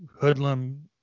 hoodlum